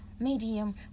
medium